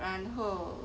然后